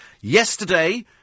yesterday